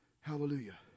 Hallelujah